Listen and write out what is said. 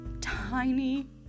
tiny